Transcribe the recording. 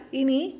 ini